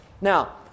Now